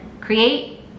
create